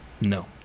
No